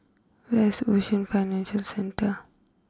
where is Ocean Financial Centre